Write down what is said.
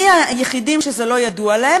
מי היחידים שזה לא ידוע להם?